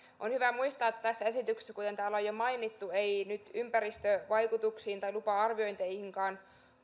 on hyvä muistaa että tässä esityksessä kuten täällä on jo mainittu nyt ei ympäristövaikutuksiin tai lupa arviointeihinkaan